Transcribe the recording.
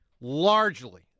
largely